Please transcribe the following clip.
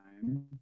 time